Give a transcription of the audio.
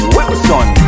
Wilson